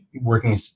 working